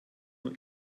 nur